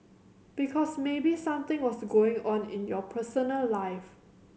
because maybe something was going on in your personal life